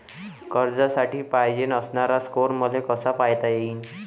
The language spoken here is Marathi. कर्जासाठी पायजेन असणारा स्कोर मले कसा पायता येईन?